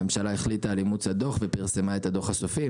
הממשלה החליטה על אימוץ הדו"ח ופרסמה את הדו"ח הסופי,